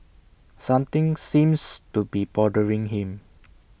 something seems to be bothering him